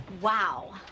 Wow